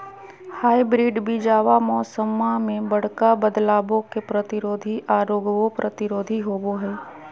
hybrid बीजावा मौसम्मा मे बडका बदलाबो के प्रतिरोधी आ रोगबो प्रतिरोधी होबो हई